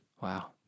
Wow